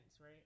right